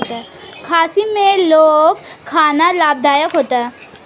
खांसी में लौंग खाना लाभदायक होता है